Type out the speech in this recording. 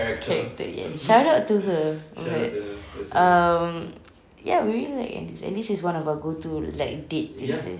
character yes shout out to her but um ya really like andes andes is like one of our go to date places